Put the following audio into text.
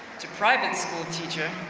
to private school teacher